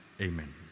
Amen